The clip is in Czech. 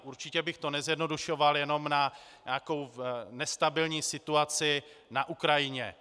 Určitě bych to nezjednodušoval jenom na nějakou nestabilní situaci na Ukrajině.